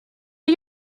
are